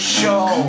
show